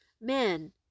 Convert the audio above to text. men